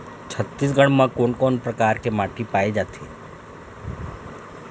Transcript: छत्तीसगढ़ म कोन कौन प्रकार के माटी पाए जाथे?